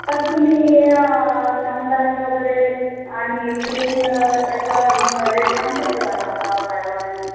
तर तुम्ही शेंगदाणे वगैरे आणि तेल याचा रेट सांगू शकता का आम्हाला भाव काय भावाने